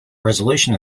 resolution